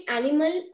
animal